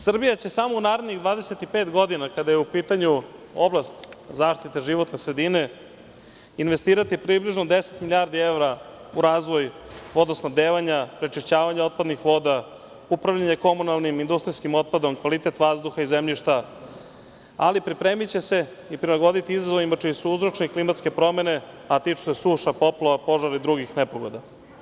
Srbija će samo u narednih 25 godina, kada je u pitanju oblast zaštite životne sredine, investirati približno 10 milijardi evra u razvoj vodosnabdevanja, prečišćavanja otpadnih voda, upravljanje komunalnim, industrijskim otpadom, kvalitet vazduha i zemljišta, ali pripremiće se i prilagoditi izazovima čiji su uzročnik klimatske promene, a tiču se suša, poplava, požara i drugih nepogoda.